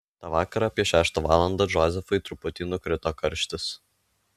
tą vakarą apie šeštą valandą džozefui truputį nukrito karštis